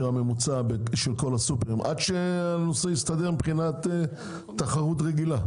הממוצע של כל הסופרים עד שהנושא יסתדר מבחינת תחרות רגילה.